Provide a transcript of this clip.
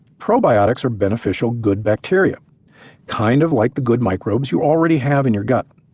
probiotics are beneficial good bacteria kind of like the good microbes you already have in your gut.